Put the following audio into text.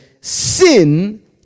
sin